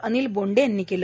अनिल बोंडे यांनी केलं